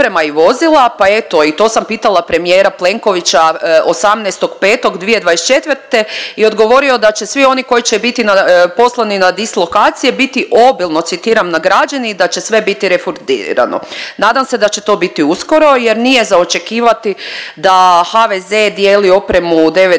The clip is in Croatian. pa eto i to sam pitala premijera Plenkovića 18.5.2024. i odgovorio da će svi oni koji će biti poslani na dislokacije biti obilno, citiram, nagrađeni i da će sve biti refundirano. Nadam se da će to biti uskoro jer nije za očekivati da HVZ dijeli opremu